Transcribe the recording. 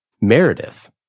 Meredith